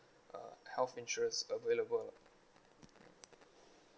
uh health insurance available